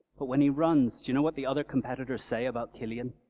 but when he runs, do you know what the other competitors say about killian?